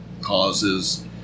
causes